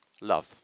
Love